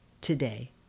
today